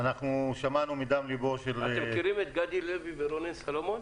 אתם מכירים את גדי לוי ורונן סלומון?